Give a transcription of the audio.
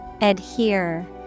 Adhere